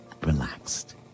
relaxed